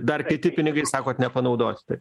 dar kiti pinigai sakot nepanaudoti